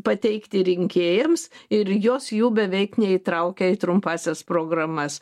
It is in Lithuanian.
pateikti rinkėjams ir jos jų beveik neįtraukia į trumpąsias programas